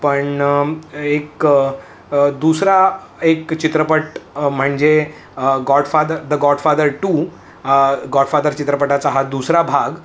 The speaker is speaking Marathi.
पण एक दुसरा एक चित्रपट म्हणजे Godfather the Godfather two Godfather चित्रपटाचा हा दुसरा भाग